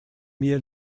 mir